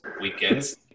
weekends